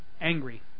angry